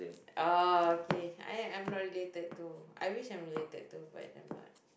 oh okay I am not related to I wish I'm related to but I'm not